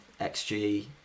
xg